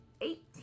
eight